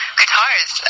guitars